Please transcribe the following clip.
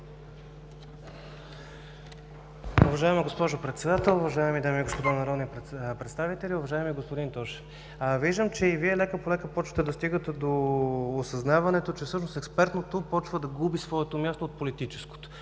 Уважаема госпожо Председател, уважаеми дами и господа народни представители, уважаеми господин Тошев! Виждам, че и Вие лека-полека започвате да стигате до осъзнаването, че всъщност експертното започна да губи своето място от политическото